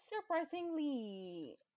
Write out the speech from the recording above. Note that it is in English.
surprisingly